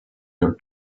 your